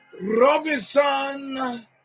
Robinson